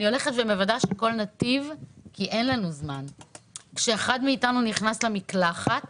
אם אחד מאיתנו נכנס למקלחת